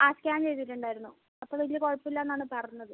ആ സ്കാൻ ചെയ്തിട്ട് ഉണ്ടായിരുന്നു അപ്പം വലിയ കുഴപ്പം ഇല്ലാന്ന് ആണ് പറഞ്ഞത്